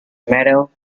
meadow